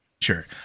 sure